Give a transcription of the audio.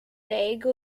daegu